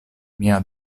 mia